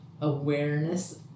awareness